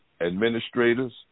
administrators